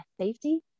safety